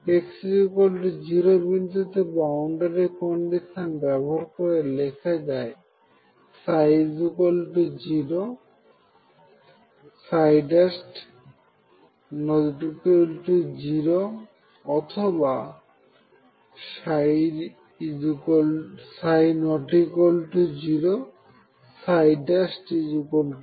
x0 বিন্দুতে boundary condition ব্যবহার করে লেখা যায় ψ0 ≠0 অথবা ψ≠0 0